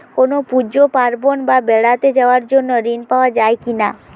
কোনো পুজো পার্বণ বা বেড়াতে যাওয়ার জন্য ঋণ পাওয়া যায় কিনা?